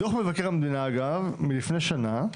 דוח מבקר המדינה מלפני שנה,